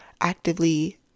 actively